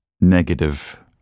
negative